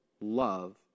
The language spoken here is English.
love